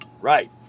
Right